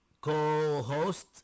co-host